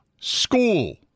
School